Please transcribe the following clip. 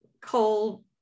coal